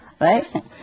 right